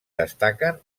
destaquen